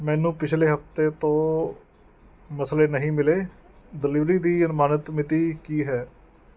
ਮੈਨੂੰ ਪਿਛਲੇ ਹਫ਼ਤੇ ਤੋਂ ਮਸਲੇ ਨਹੀਂ ਮਿਲੇ ਡਿਲੀਵਰੀ ਦੀ ਅਨੁਮਾਨਿਤ ਮਿਤੀ ਕੀ ਹੈ